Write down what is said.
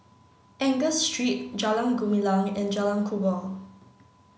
Angus Street Jalan Gumilang and Jalan Kubor